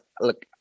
look